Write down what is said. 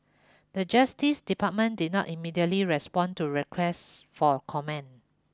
The Justice Department did not immediately respond to request for comment